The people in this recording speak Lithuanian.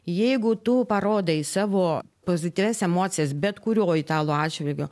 jeigu tu parodai savo pozityvias emocijas bet kurio italo atžvilgiu